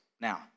Now